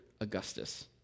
Augustus